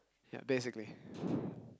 ya basically